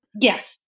Yes